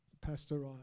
Pastor